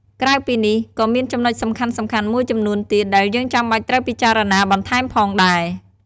ក្រៅពីនេះ ក៏មានចំណុចសំខាន់ៗមួយចំនួនទៀត ដែលយើងចាំបាច់ត្រូវពិចារណាបន្ថែមផងដែរ។